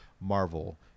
Marvel